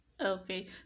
okay